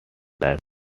life